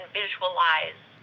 visualize